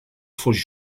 fos